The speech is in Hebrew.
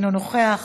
אינו נוכח,